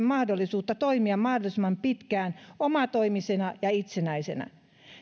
mahdollisuutta toimia mahdollisimman pitkään omatoimisena ja itsenäisenä